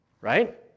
right